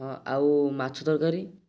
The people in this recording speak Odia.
ହଁ ଆଉ ମାଛ ତରକାରି